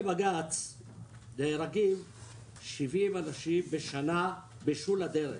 נהרגים 70 אנשים בשנה בשול הדרך.